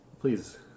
Please